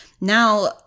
Now